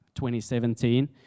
2017